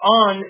on